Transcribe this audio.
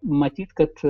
matyt kad